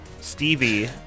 Stevie